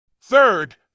Third